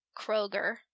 Kroger